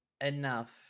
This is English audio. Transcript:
enough